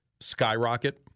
skyrocket